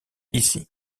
ici